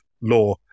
law